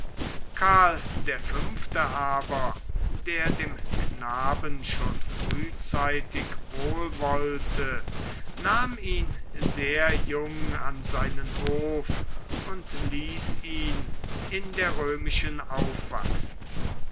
karl der fünfte aber der dem knaben schon frühzeitig wohl wollte nahm ihn sehr jung an seinen hof und ließ ihn in der römischen aufwachsen